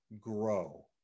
grow